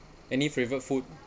any favourite food